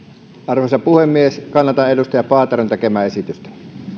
arvoisa puhemies kannatan edustaja paateron tekemää esitystä